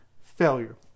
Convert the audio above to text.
failure